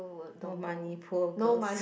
no money poor girls